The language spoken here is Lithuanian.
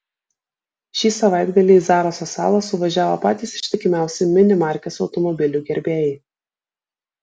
šį savaitgalį į zaraso salą suvažiavo patys ištikimiausi mini markės automobilių gerbėjai